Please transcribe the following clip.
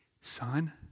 Son